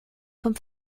vom